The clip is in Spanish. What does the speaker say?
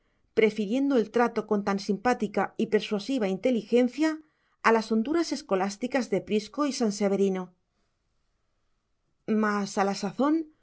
prefiriendo el trato con tan simpática y persuasiva inteligencia a las honduras escolásticas de prisco y san severino mas a la sazón